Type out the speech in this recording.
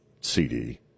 CD